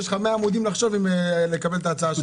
יש לך 100 עמודים לחשוב אם לקבל את ההצעה שלי.